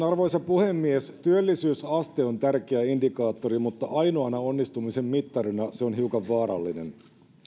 arvoisa puhemies työllisyysaste on tärkeä indikaattori mutta ainoana onnistumisen mittarina se on hiukan vaarallinen